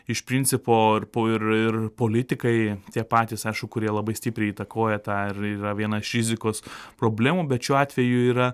iš principo ir po ir ir politikai tie patys aišku kurie labai stipriai įtakoja tą ir yra viena iš rizikos problemų bet šiuo atveju yra